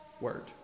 word